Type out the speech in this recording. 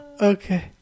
Okay